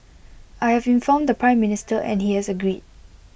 I have informed the Prime Minister and he has agreed